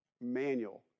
manual